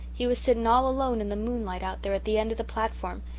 he was sitting all alone in the moonlight out there at the end of the platform,